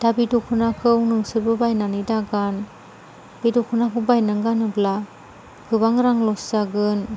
दा बे दख'नाखौ नोंसोरबो बायनानै दागान बे दख'नाखौ बायनानै गानोब्ला गोबां रां लस जागोन